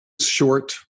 short